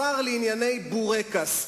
שר לענייני בורקס.